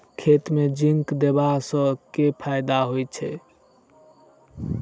खेत मे जिंक देबा सँ केँ फायदा होइ छैय?